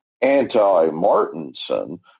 anti-Martinson